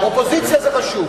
אופוזיציה זה חשוב.